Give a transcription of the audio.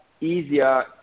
easier